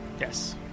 Yes